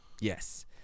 Yes